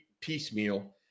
piecemeal